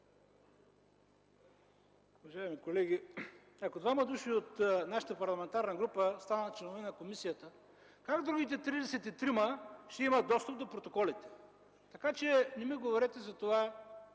Уважаеми колеги! Ако двама души от нашата парламентарна група станат членове на комисията, как другите 33-ма ще имат достъп до протоколите? Така че не ми говорете за този